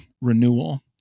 renewal